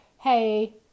Hey